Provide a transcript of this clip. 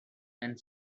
and